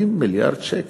20 מיליארד שקל.